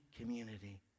community